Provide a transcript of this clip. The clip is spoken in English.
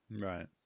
Right